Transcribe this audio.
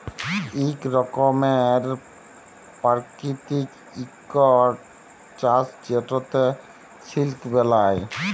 ইক রকমের পারকিতিক ইকট চাষ যেটতে সিলক বেলায়